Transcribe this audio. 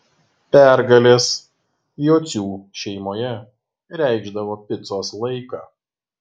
pergalės jocių šeimoje reikšdavo picos laiką